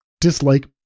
dislike